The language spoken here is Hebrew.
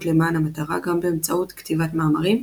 למען המטרה גם באמצעות כתיבת מאמרים,